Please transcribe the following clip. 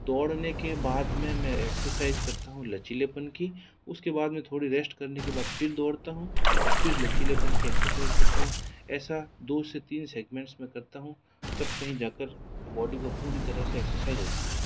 दौड़ने के बाद में मैं एक्सरसाइज़ करता हूँ लचीलेपन की उसके बाद में थोड़ी रेस्ट करने के बाद फिर दौड़ता हूँ और फिर लचीलेपन की एक्सरसाइज़ करता हूँ ऐसा दो से तीन सेगमेंट्स में करता हूँ तब कहीं जा कर बॉडी को पूरी तरह से एक्सरसाइज़ होती है